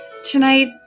Tonight